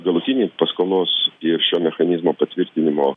galutinį paskolos ir šio mechanizmo patvirtinimo